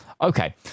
Okay